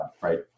right